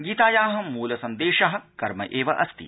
गीताया मूलसन्देश कर्म एव अस्ति